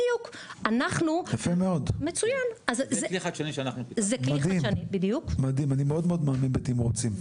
מדהים אני מאוד מאמין בתמריצים.